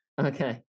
okay